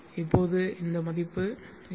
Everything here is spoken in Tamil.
இப்போது இந்த மதிப்பு எல்